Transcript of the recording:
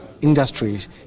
industries